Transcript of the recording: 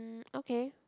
okay